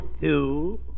Two